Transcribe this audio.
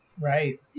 right